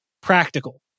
practical